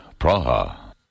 Praha